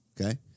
okay